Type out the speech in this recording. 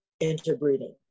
Interbreeding